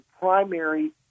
primary